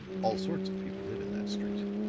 all sorts of people live in that street,